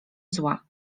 zła